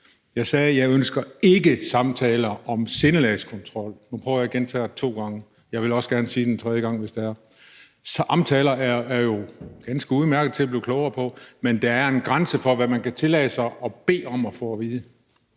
Jeg sagde, at jeg ikke ønsker samtaler om sindelagskontrol. Nu prøver jeg at sige det to gange, og jeg vil også gerne sige det en tredje gang, hvis det er. Samtaler er jo ganske udmærkede til at blive klogere, men der er en grænse for, hvad man kan tillade sig at bede om at få at vide.